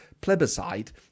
plebiscite